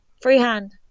Freehand